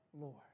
Lord